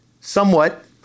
Somewhat